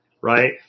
right